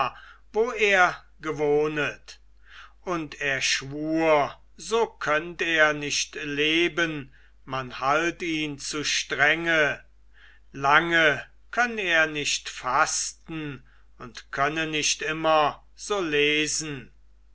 wo er gewohnet und er schwur so könnt er nicht leben man halt ihn zu strenge lange könn er nicht fasten und könne nicht immer so lesen